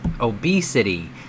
obesity